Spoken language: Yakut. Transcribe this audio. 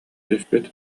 түспүт